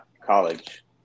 college